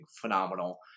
phenomenal